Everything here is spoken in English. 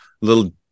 little